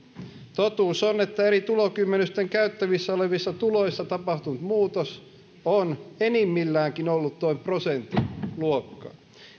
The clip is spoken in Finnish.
totuus on että eri tulokymmenysten käytettävissä olevissa tuloissa tapahtunut muutos on enimmilläänkin ollut noin prosentin luokkaa